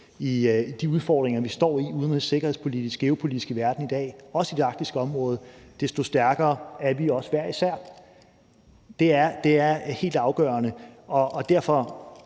om de udfordringer, vi står med udenrigs- og sikkerhedspolitisk og geopolitisk i verden i dag, også i det arktiske område, desto stærkere er vi også hver især. Det er derfor helt afgørende med